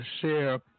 share